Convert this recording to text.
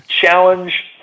challenge